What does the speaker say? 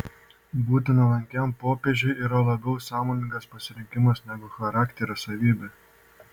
būti nuolankiam popiežiui yra labiau sąmoningas pasirinkimas negu charakterio savybė